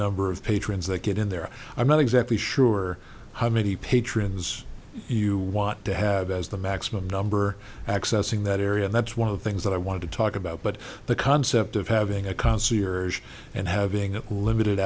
number of patrons that get in there i'm not exactly sure how many patrons you want to have as the maximum number accessing that area and that's one of the things that i wanted to talk about but the concept of having a concierge and having limited